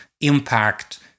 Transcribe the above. impact